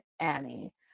Annie